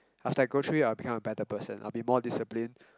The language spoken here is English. after I go through it I will become a better person I will be more disciplined